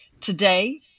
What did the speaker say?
Today